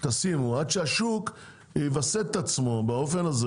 שימו מרלו"גים עד שהשוק יווסת את עצמו באופן הזה